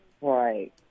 Right